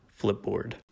Flipboard